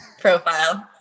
profile